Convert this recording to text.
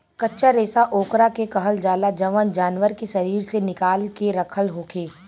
कच्चा रेशा ओकरा के कहल जाला जवन जानवर के शरीर से निकाल के रखल होखे